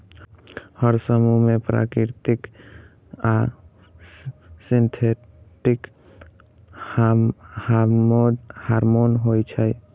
हर समूह मे प्राकृतिक आ सिंथेटिक हार्मोन होइ छै